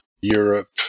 Europe